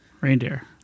Reindeer